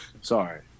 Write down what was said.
Sorry